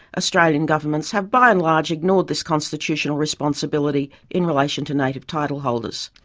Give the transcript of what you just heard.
australian governments have by and large ignored this constitutional responsibility in relation to native titleholders.